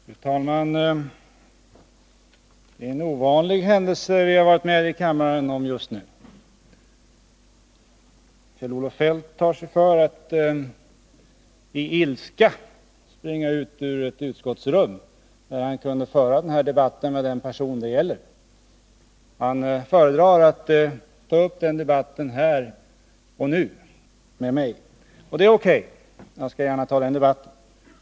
Fru talman! Det är en ovanlig händelse vi nu varit med om i kammaren. Kjell-Olof Feldt tog sig häromdagen före att i ilska springa ut ur ett utskottsrum där han kunde ha fört den här debatten med den person det gäller. Han föredrar att ta upp den med mig här och nu. Och det är okay — jag skall gärna ta den diskussionen.